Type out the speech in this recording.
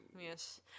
Yes